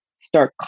start